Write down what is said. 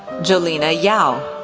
jolena yao.